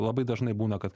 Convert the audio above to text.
labai dažnai būna kad